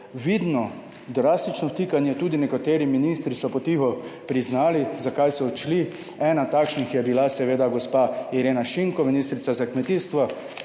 vidno drastično vtikanje, tudi nekateri ministri so po tiho priznali, zakaj so odšli. Ena takšnih je bila seveda gospa Irena Šinko, ministrica za kmetijstvo,